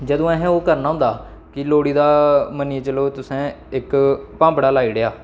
जंदू असें ओह् करना होंदा कि लोह्ड़ी दा मन्नियै चलो तुसें इक भांबड़ा लाई ओड़ेआ